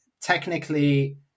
technically